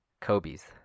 Kobe's